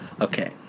Okay